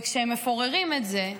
וכשמפוררים את זה,